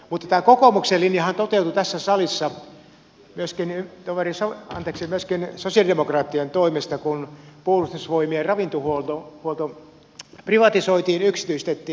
mutta tämä kokoomuksen linjahan toteutui tässä salissa myöskin sosialidemokraattien toimesta kun puolustusvoimien ravintohuolto privatisoitiin yksityistettiin